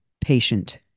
patient